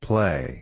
Play